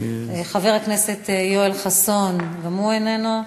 חבר הכנסת יואל חסון, גם הוא איננו.